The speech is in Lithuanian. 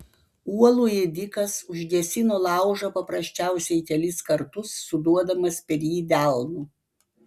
uolų ėdikas užgesino laužą paprasčiausiai kelis kartus suduodamas per jį delnu